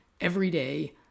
everyday